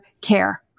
care